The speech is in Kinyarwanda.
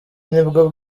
nibwo